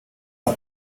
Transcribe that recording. are